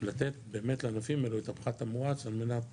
לתת באמת לענפים האלה את הפחת המואץ על מנת